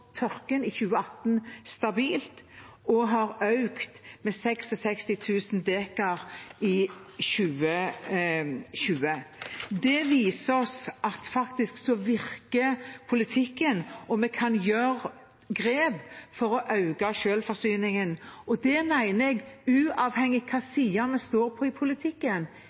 tørken i 2018, og har økt med 66 000 dekar i 2020. Det viser oss at politikken faktisk virker og vi kan ta grep for å øke selvforsyningen. Det mener jeg, uavhengig av hvilken side vi står på i politikken,